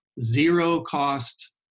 zero-cost